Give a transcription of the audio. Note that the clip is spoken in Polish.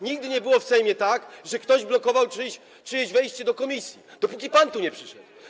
Nigdy nie było w Sejmie tak, że ktoś blokował czyjeś wejście do komisji, dopóki pan tu nie przyszedł.